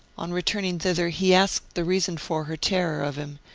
on returning thither he asked the reason for her terror of him,